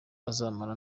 azamara